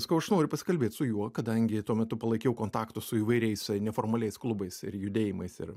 sakau aš noriu pasikalbėt su juo kadangi tuo metu palaikiau kontaktus su įvairiais neformaliais klubais ir judėjimais ir